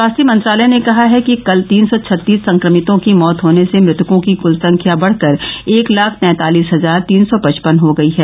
स्वास्थ्य मंत्रालय ने कहा है कि कल तीन सौ छत्तीस संक्रमितों की मौत होने से मृतकों की कुल संख्या बढ़कर एक लाख तैंतालिस हजार तीन सौ पचपन हो गई है